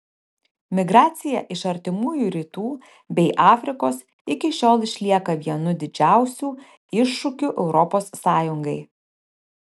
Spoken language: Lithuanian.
migracija iš artimųjų rytų bei afrikos iki šiol išlieka vienu didžiausių iššūkių europos sąjungai